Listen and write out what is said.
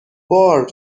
بار